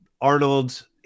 Arnold